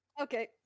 Okay